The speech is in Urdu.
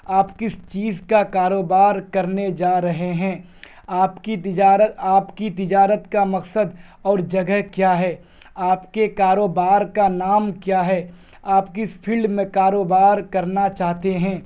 آپ کس چیز کا کاروبار کرنے جا رہے ہیں آپ کی آپ کی تجارت کا مقصد اور جگہ کیا ہے آپ کے کاروبار کا نام کیا ہے آپ کس فیلڈ میں کاروبار کرنا چاہتے ہیں